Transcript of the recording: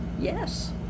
Yes